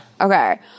Okay